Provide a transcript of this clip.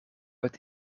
het